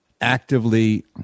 actively